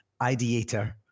ideator